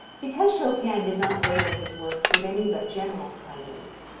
because chopin did not label his works with any but general titles,